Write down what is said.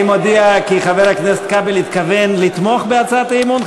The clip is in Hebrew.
אני מודיע כי חבר הכנסת כבל התכוון לתמוך בהצעת האי-אמון?